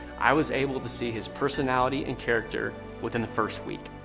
i was able to see his personality and character within the first week.